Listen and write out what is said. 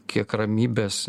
kiek ramybės